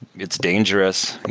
it's dangerous.